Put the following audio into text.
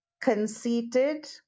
conceited